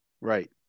Right